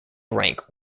rank